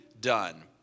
done